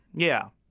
yeah.